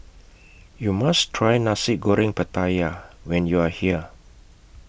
YOU must Try Nasi Goreng Pattaya when YOU Are here